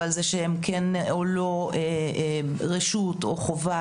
ועל זה שהן רשות או חובה